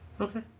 Okay